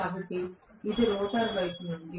కాబట్టి ఇది రోటర్ వైపు నుండి